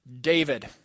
David